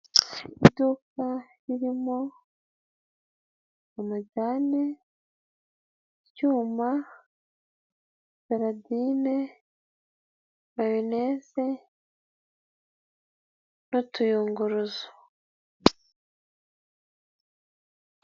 Iduka ririmo amajyane, icyuma saladine mayoneze n'utuyunguruzo.